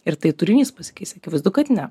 ir tai turinys pasikeis akivaizdu kad ne